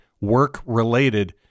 work-related